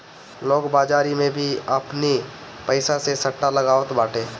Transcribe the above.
लोग बाजारी में भी आपनी पईसा से सट्टा लगावत बाटे